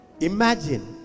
Imagine